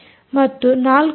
2 ಹಾಗೂ 5